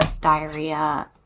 diarrhea